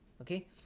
okay